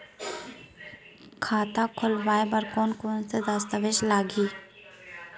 खाता खोलवाय बर कोन कोन से दस्तावेज लागही?